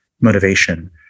motivation